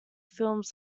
films